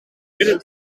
het